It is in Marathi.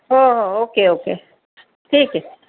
हो हो ओके ओके ठीक आहे